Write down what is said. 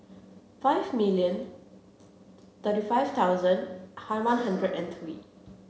five million thirty five thousand hi one hundred and three